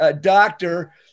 doctor